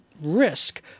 risk